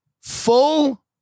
Full